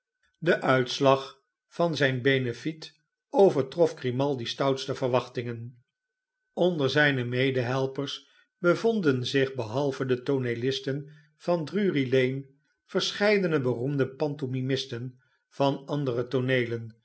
de uitslag van zijn beneflet overtrof grimaldi's stoutste verwachtingen onder zijne medehelpers bevonden zich behalve de tooneelisten van drury-lane verscheidene beroemde pantomimisten van andere tooneelen